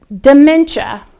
Dementia